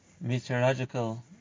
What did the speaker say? meteorological